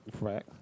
Right